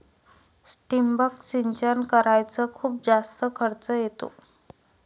ठिबक सिंचन कराच खूप जास्त खर्च येतो का?